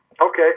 Okay